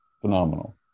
Phenomenal